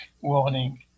warning